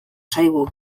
zaigu